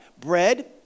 Bread